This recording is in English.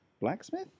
blacksmith